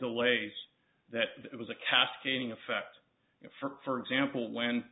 delays that it was a cascading effect for example when